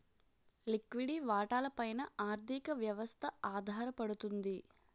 లిక్విడి వాటాల పైన ఆర్థిక వ్యవస్థ ఆధారపడుతుంది